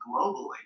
globally